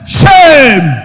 shame